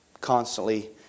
constantly